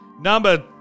Number